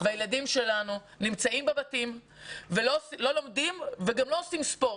והילדים שלנו נמצאים בבית ולא לומדים וגם לא עושים ספורט.